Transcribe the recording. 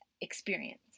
experience